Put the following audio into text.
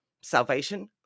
salvation